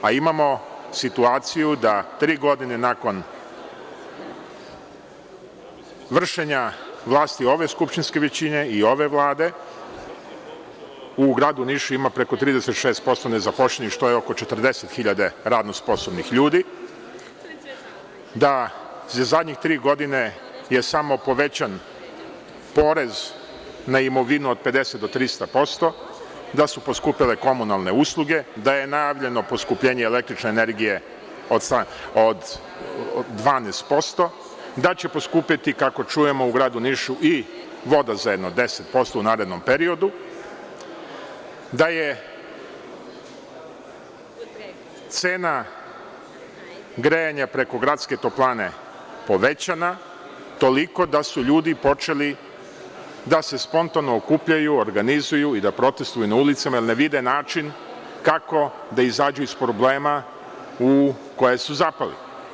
Imamo situaciju da tri godine nakon vršenja vlasti ove skupštinske većine i ove Vlade u gradu Nišu ima preko 36% nezaposlenih, što je oko 40.000 radno sposobnih ljudi, da za zadnje tri godine je samo povećan porez na imovinu od 50 do 300%, da su poskupele komunalne usluge, da je najavljeno poskupljenje električne energije od 12%, da će poskupeti, kako čujemo, u gradu Nišu i voda za jedno 10% u narednom periodu, da je cena grejanja preko gradske toplane povećana toliko da su ljudi počeli da se spontano okupljaju, organizuju i da protestuju na ulicama jer ne vide način kako da izađu iz problema u koje su zapali.